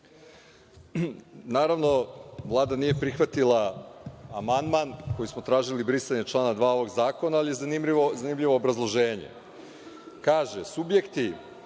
Naravno, Vlada nije prihvatila amandman kojim smo tražili brisanje člana 2. ovog zakona, ali je zanimljivo obrazloženje. Kaže – subjekti